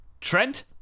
Trent